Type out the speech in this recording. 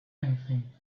anything